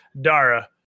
Dara